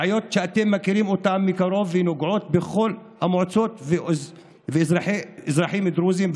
בעיות שאתם מכירים מקרוב ונוגעות לכל המועצות והאזרחים הדרוזים,